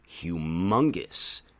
humongous